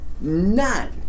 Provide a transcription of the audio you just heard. none